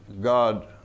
God